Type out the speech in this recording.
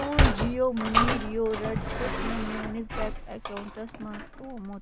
میٛون جِیو موٚنی ریورَڑ چھُکھ نہٕ میٛٲنِس بیٚنٛک ایٚکاونٛٹَس منٛز ترٛومُت